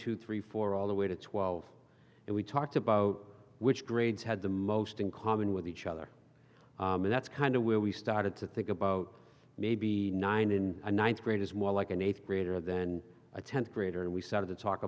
two three four all the way to twelve and we talked about which grades had the most in common with each other and that's kind of where we started to think about maybe nine in ninth grade is more like an eighth grader than a tenth grader and we sort of the talk